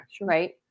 Right